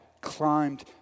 climbed